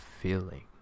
feeling